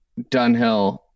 Dunhill